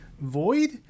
Void